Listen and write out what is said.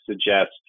suggest